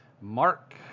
Mark